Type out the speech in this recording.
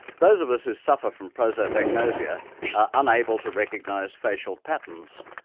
those of us who suffer from prosopagnosia are unable to recognize facial patterns.